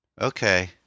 Okay